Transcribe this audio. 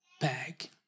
bag